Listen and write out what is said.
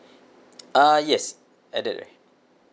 uh yes added already